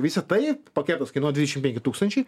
visa tai paketas kainuos dvidešim penki tūkstančiai